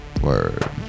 Word